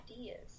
ideas